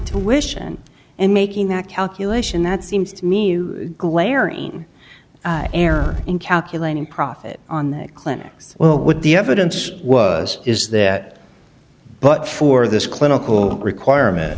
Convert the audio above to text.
wishin and making that calculation that seems to me glaring error in calculating profit on the clinic's well with the evidence was is that but for this clinical requirement